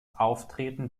auftreten